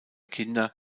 kinder